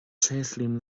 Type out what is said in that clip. tréaslaím